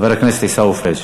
חבר הכנסת עיסאווי פריג'.